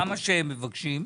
מה גם שהם מבקשים.